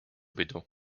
pidu